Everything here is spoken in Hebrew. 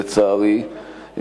לצערי,